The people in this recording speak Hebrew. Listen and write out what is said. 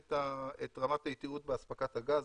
את רמת היתירות באספקת הגז.